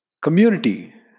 Community